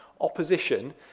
opposition